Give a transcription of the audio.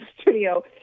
studio